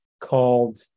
called